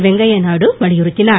வெங்கய்ய நாயுடு வலியுறுத்தினார்